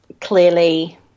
clearly